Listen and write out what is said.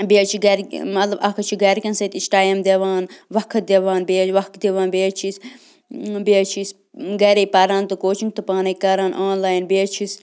بیٚیہِ حظ چھِ گَرِ مطلب اَکھ حظ چھِ گَرکٮ۪ن سۭتۍ أسۍ ٹایِم دِوان وقت دِوان بیٚیہِ وقت دِوان بیٚیہِ حظ چھِ أسۍ بیٚیہِ حظ چھِ أسۍ گَرے پَران تہٕ کوچِنٛگ تہٕ پانَے کَران آن لایِن بیٚیہِ حظ چھِ أسۍ